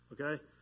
okay